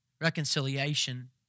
Reconciliation